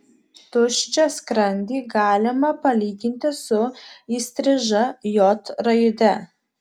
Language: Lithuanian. tuščią skrandį galima palyginti su įstriža j raide